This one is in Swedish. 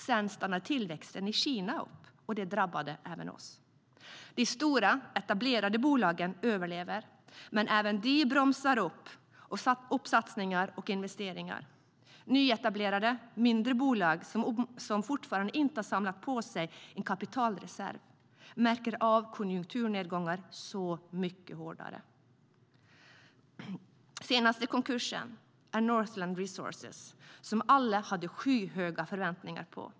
Sedan stannade tillväxten i Kina av, och det drabbade även oss. De stora, etablerade bolagen överlever, men även de bromsar sina satsningar och investeringar. Nyetablerade mindre bolag, som fortfarande inte har samlat på sig en kapitalreserv, märker av konjunkturnedgångar mycket hårdare. Senaste konkursen gäller Northland Resources, som alla hade skyhöga förväntningar på.